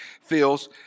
feels